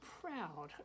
proud